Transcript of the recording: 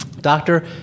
doctor